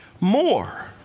more